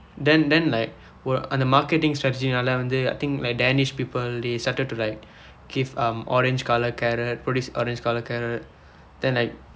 then then like !wah! அந்த:andtha marketing strategy வந்து:vandthu I think like danish people they started to like give um orange colour carrot produce orange colour carrot then like